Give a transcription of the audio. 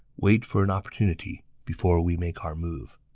wait for an opportunity before we make our move.